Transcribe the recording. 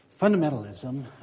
fundamentalism